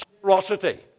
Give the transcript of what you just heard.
generosity